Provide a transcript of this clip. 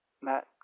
Matt